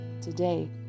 Today